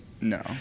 No